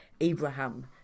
Abraham